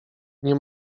nie